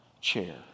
chair